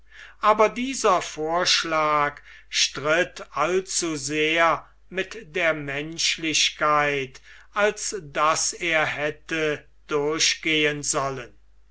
aber dieser vorschlag stritt allzusehr mit der menschlichkeit als daß er hätte durchgehen sollen